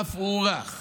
אף הוארך